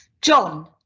John